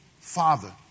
Father